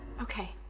Okay